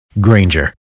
Granger